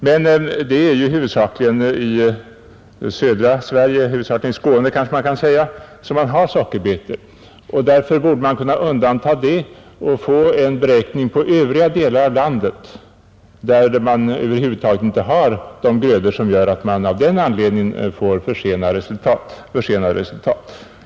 Men eftersom sockerbetor odlas huvudsakligen i södra Sverige — närmast i Skåne, kan man väl säga — borde man kunna undanta dem och få en beräkning för övriga delar av landet, där man över huvud taget inte har grödor som gör att resultaten försenas.